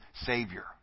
Savior